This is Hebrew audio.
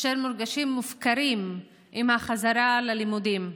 אשר מרגישים מופקרים עם החזרה ללימודים.